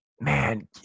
Man